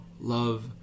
love